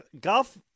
golf